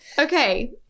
Okay